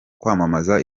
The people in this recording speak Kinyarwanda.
kwamamaza